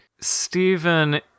Stephen